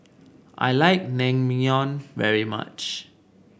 I like Naengmyeon very much